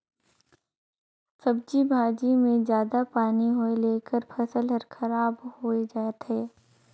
सब्जी भाजी मे जादा पानी होए ले एखर फसल हर खराब होए जाथे